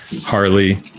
Harley